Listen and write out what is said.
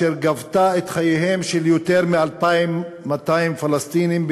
אשר גבתה את חייהם של יותר מ-2,200 פלסטינים,